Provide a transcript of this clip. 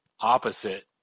opposite